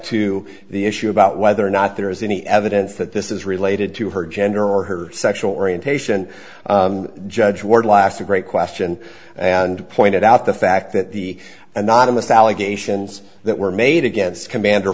to the issue about whether or not there is any evidence that this is related to her gender or her sexual orientation judge ward last a great question and pointed out the fact that the anonymous allegations that were made against commander